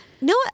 No